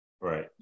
right